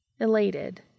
Elated